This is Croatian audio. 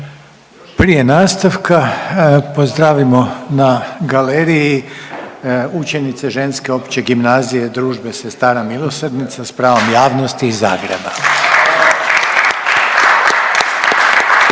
Prije nastavka pozdravimo na galeriji učenice Ženske opće gimnazije „Družbe sestara milosrdnica“ s pravom javnosti iz Zagreba. …